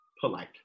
polite